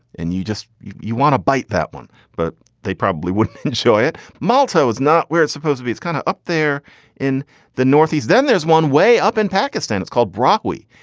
and you just you want to bite that one. but they probably wouldn't enjoy it. malta is not where it's supposed to be. it's kind of up there in the northeast. then there's one way up in pakistan. it's called brockway.